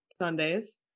Sundays